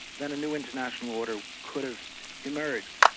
then a new international order could have emerged,